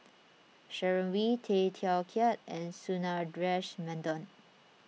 Sharon Wee Tay Teow Kiat and Sundaresh Menon